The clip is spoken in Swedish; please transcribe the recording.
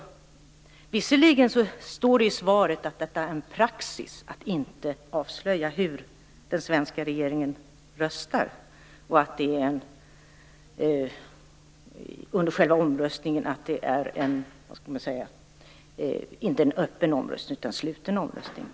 Visserligen framgick det av svaret att det är praxis att inte avslöja hur den svenska regeringen röstar. Det är en sluten omröstning.